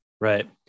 Right